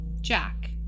Jack